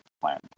plan